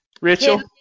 Rachel